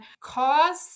cause